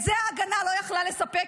את זה ההגנה לא יכלה לספק,